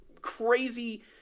crazy